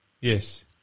yes